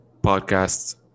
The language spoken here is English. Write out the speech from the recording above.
podcasts